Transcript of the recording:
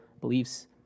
beliefs